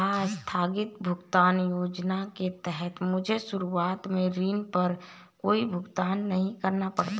आस्थगित भुगतान योजना के तहत मुझे शुरुआत में ऋण पर कोई भुगतान नहीं करना पड़ा था